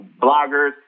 Bloggers